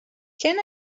can